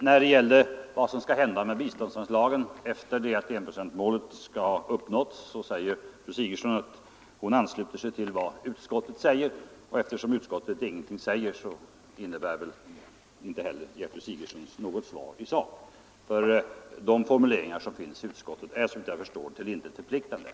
När det gäller vad som skall hända med biståndsanslagen efter det att enprocentsmålet har uppnåtts säger fru Sigurdsen att hon ansluter sig till vad utskottet anfört — och eftersom utskottet ingenting säger innebär det att fru Sigurdsen inte heller gett något svar i sak. De formuleringar som finns i utskottsbetänkandet är nämligen, såvitt jag förstår, till intet förpliktande.